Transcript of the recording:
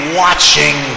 watching